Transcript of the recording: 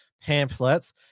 pamphlets